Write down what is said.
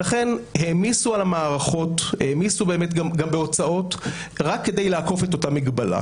לכן העמיסו על המערכות גם בהוצאות רק כדי לעקוף את אותה מגבלה.